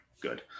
good